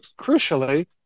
crucially